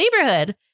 neighborhood